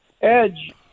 edge